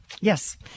yes